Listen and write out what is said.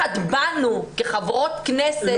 משתלחת בנו כחברות כנסת.